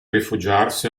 rifugiarsi